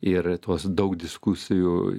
ir tos daug diskusijų